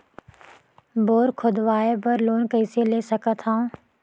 Bore खोदवाय बर loan कइसे ले सकथव?